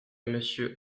monsieur